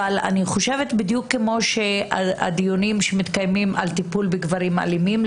אבל אני חושבת שבדיוק כמו הדיונים שמתקיימים על טיפול בגברים אלימים,